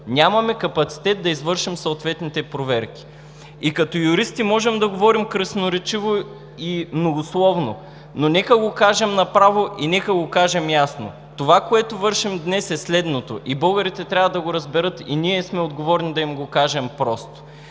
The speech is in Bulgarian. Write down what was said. „Нямаме капацитет да извършим съответните проверки“. Като юристи можем да говорим красноречиво и многословно, но нека го кажем направо и нека го кажем ясно – това, което вършим днес, е следното, и българите трябва да го разберат, и ние сме отговорни да им го кажем просто,